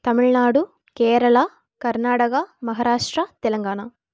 Tamil Nadu Kerala Karnataka Maharashtra Telangana